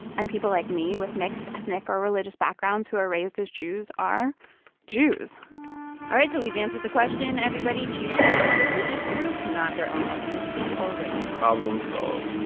and people like me with mixed ethnic or religious backgrounds who are raised as jews are jews all right, so we've answered the question, everybody. jews are a religious group, not their own ethnicity or race problem solved.